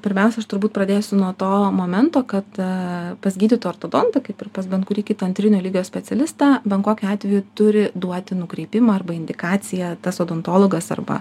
pirmiausia aš turbūt pradėsiu nuo to momento kad pas gydytoją ortodontą kaip ir pas bet kurį kitą antrinio lygio specialistą bet kokiu atveju turi duoti nukreipimą arba indikaciją tas odontologas arba